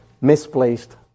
misplaced